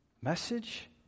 message